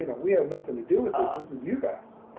you know we have nothing to do with this. this is you guys.